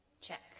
Check